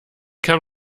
kann